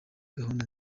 gahunda